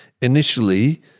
initially